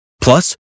Plus